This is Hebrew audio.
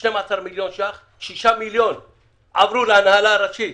12 מיליון ₪, 6 מיליון עברו להנהלה הראשית